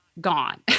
Gone